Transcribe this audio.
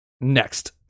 Next